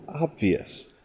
obvious